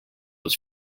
was